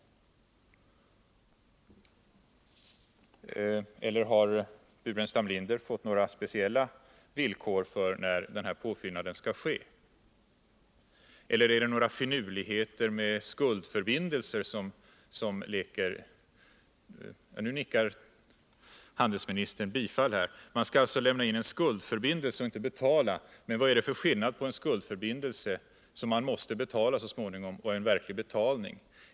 Eller har Staffan Burenstam Linder fått några speciella villkor för när denna påfyllnad skall ske? Eller är det fråga om några finurligheter med skuldförbindelser? Nu nickar handelsministern bifall här. Man skall alltså lämna in en skuldförbindelse och inte betala. Men vad är det för skillnad på en skuldförbindelse, som man måste betala så småningom, och en verklig betalning?